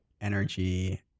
energy